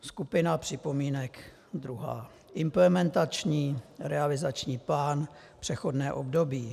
Skupina připomínek druhá Implementační, realizační plán, přechodné období.